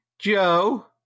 Joe